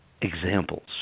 examples